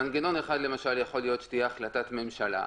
מנגנון אחד יכול להיות שתהיה החלטת ממשלה,